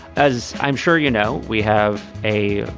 as i'm sure you know we have a.